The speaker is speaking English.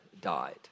died